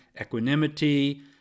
equanimity